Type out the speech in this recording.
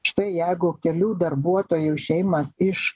štai jeigu kelių darbuotojų šeimos iš